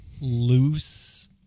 loose